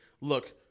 look